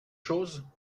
choses